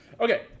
Okay